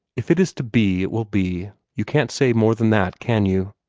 if it is to be, it will be. you can't say more than that, can you?